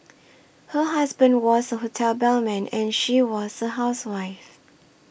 her husband was a hotel bellman and she was a housewife